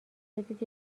بدید